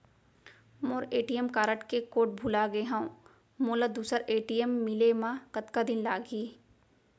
मोर ATM card के code भुला गे हव, मोला दूसर ए.टी.एम मिले म कतका दिन लागही?